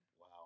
wow